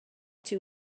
too